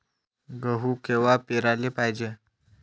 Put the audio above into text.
गहू कवा पेराले पायजे?